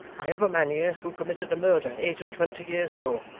i have a man here, who committed a murder eight-and-twenty years ago.